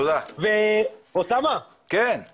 אוסאמה, על